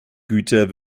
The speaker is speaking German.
güter